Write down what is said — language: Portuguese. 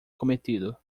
cometido